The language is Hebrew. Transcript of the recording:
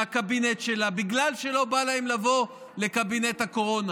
ומהקבינט שלה בגלל שלא בא להם לבוא לקבינט הקורונה.